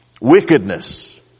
Wickedness